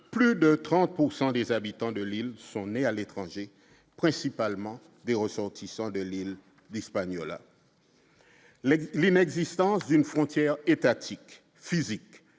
pourcent des habitants de l'île sont nés à l'étranger, principalement des ressortissants de l'île d'Hispaniola lundi les mains existence d'une frontière étatique physique